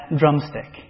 drumstick